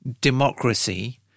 democracy